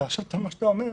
מה שאתה אומר עכשיו,